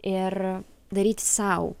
ir daryti sau